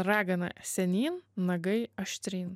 ragana senyn nagai aštryn